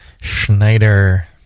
Schneider